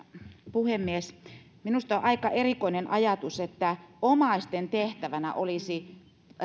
puhemies minusta on aika erikoinen ajatus että omaisten tehtävänä olisi